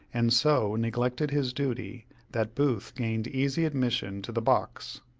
and so neglected his duty that booth gained easy admission to the box.